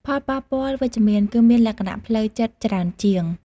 ផលប៉ះពាល់វិជ្ជមាន គឺមានលក្ខណៈផ្លូវចិត្តច្រើនជាង។